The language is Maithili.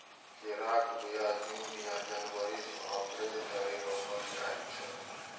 खीराक बीया जुन या जनबरी सँ अप्रैल धरि रोपल जाइ छै